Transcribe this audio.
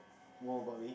more about me